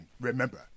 remember